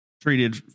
treated